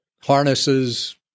harnesses